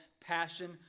Passion